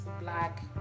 black